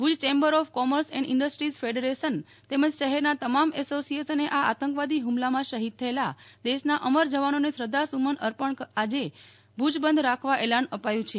Bhuj chamber of commerce and industries federation તેમજ શહેરના તમામ એસોસિયેશને આ આતંકવાદી હુમલામાં શહીદ થયેલા દેશના અમર જવાનોને શ્રદ્ધાસુમન અર્પવા આજે ભુજ બંધ રાખવા એલાન અપાયું છે